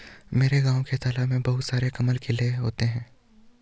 मेरे गांव के तालाब में बहुत सारे कमल खिले होते हैं